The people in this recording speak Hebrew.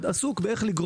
איפה אנחנו?